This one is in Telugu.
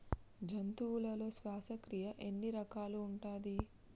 జంతువులలో శ్వాసక్రియ ఎన్ని రకాలు ఉంటది?